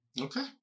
Okay